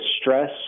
stress